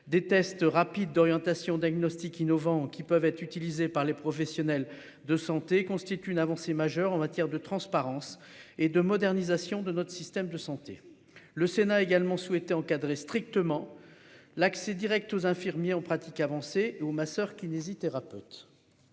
Des tests rapides d'orientation diagnostique innovant qui peuvent être utilisés par les professionnels de santé constitue une avancée majeure en matière de transparence et de modernisation de notre système de santé. Le Sénat a également souhaité encadrer strictement l'accès Direct aux infirmiers en pratique avancée. Oh ma soeur kinésithérapeute.